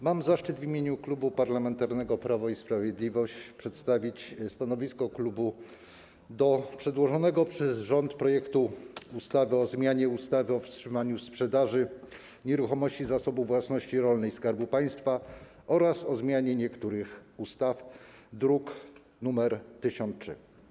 Mam zaszczyt w imieniu Klubu Parlamentarnego Prawo i Sprawiedliwość przedstawić stanowisko klubu w sprawie przedłożonego przez rząd projektu ustawy o zmianie ustawy o wstrzymaniu sprzedaży nieruchomości Zasobu Własności Rolnej Skarbu Państwa oraz o zmianie niektórych ustaw, druk nr 1003.